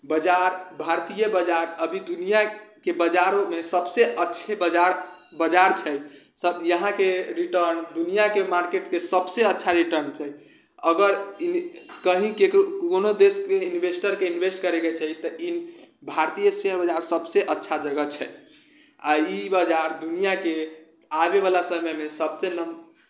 बाजार भारतीय बाजार अभी दुनिआके बाजारमे सबसँ अच्छा बाजार छै सब यहाँके रिटर्न दुनियाके मार्केटके सभसँ अच्छा रिटर्न छै अगर कहीँ ककरो कोनो देशके इन्वेस्टरके इन्वेस्ट करैके छै तऽ भारतीय शेयर बाजार सबसँ अच्छा जगह छै आओर ई बाजार दुनियाके आबैवला समयमे सबसँ